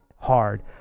hard